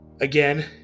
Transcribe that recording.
again